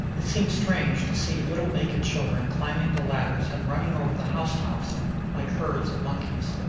it seems strange to see little naked children climbing the ladders and running over the house tops like herds of monkeys.